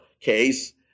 case